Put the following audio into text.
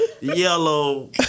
yellow